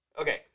Okay